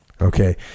Okay